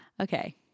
okay